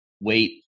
wait